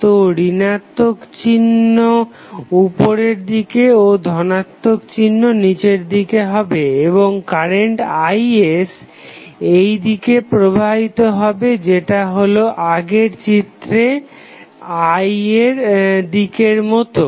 তো ঋণাত্মক চিহ্ন উপরের দিকে ও ধনাত্মক চিহ্ন নিচের দিকে হবে এবং কারেন্ট Is এইদিকে প্রবাহিত হবে যেটা হলো আগের চিত্রের I এর দিকের মতো